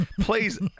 please